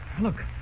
Look